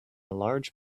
large